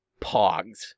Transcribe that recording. pogs